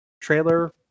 trailer